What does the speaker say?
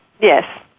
yes